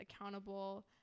accountable